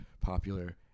popular